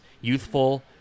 youthful